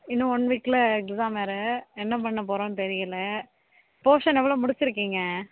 இன்னும் ஒன் வீக்கில் எக்ஸாம் வேறு என்ன பண்ண போகிறோம் தெரியலை போர்ஷன் எவ்வளோ முடிச்சுருக்கீங்க